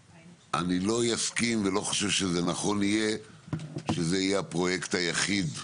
אני לא אסכים ולא חושב שזה יהיה נכון שזה יהיה הפרויקט היחיד,